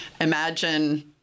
imagine